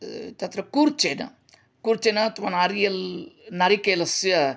तत्र कूर्चेन कूर्चेन नारियल् नारिकेलस्य